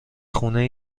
خونه